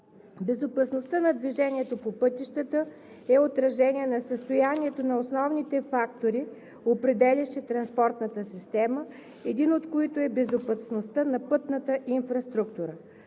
Безопасността на движението по пътищата е отражение на състоянието на основните фактори, определящи транспортната система, един от които е безопасността на пътната инфраструктура.